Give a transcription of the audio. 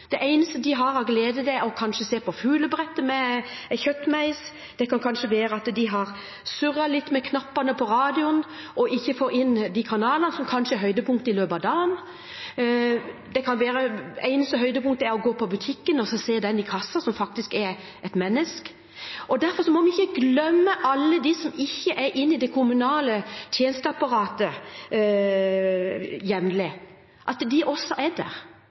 det eneste de har av glede, er kanskje å se på fuglebrettet med kjøttmeis, det kan være at de har surret litt med knappene på radioen og ikke får inn de kanalene som kanskje er høydepunktet i løpet av dagen, eller det kan være at det eneste høydepunktet er å gå på butikken og se personen i kassa, som faktisk er et menneske. Derfor må vi ikke glemme alle dem som ikke er inne i det kommunale tjenesteapparatet jevnlig, og at de også er der,